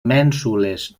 mènsules